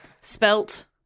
Spelt